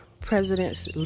presidents